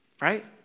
Right